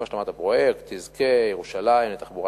עם השלמת הפרויקט תזכה ירושלים לתחבורה